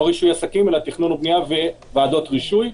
לא רישוי עסקים, אלא תכנון ובנייה וועדות רישוי.